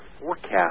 forecast